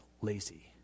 lazy